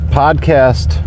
podcast